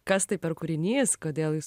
kas tai per kūrinys kodėl jis